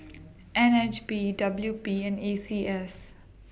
N H B W P and A C S